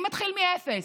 אני מתחיל מאפס,